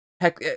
Heck